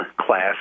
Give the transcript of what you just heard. class